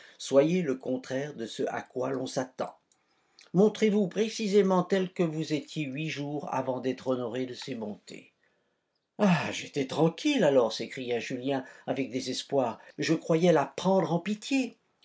soyez le contraire de ce à quoi l'on s'attend montrez-vous précisément tel que vous étiez huit jours avant d'être honoré de ses bontés ah j'étais tranquille alors s'écria julien avec désespoir je croyais la prendre en pitié